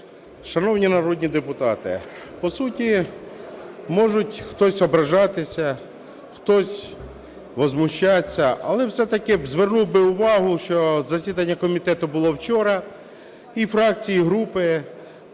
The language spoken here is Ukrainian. Шановні народні депутати, по суті, може хтось ображатися, хтось возмущаться. Але все-таки б звернув би увагу, що засідання комітету було вчора, і фракції, і групи